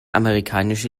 amerikanische